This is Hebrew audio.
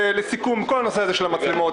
לסיכום כל הנושא של המצלמות,